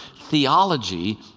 theology